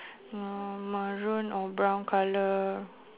maroon or brown colour